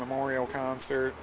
memorial concert